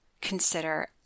consider